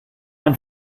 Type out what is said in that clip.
ein